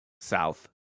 south